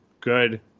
good